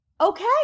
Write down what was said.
okay